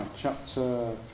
chapter